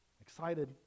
Excited